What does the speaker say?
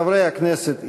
חברי הכנסת ידברו.